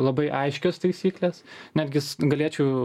labai aiškios taisyklės netgis galėčiau